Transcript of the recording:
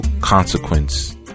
consequence